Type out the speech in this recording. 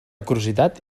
curiositat